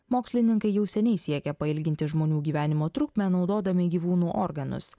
mokslininkai jau seniai siekia pailginti žmonių gyvenimo trukmę naudodami gyvūnų organus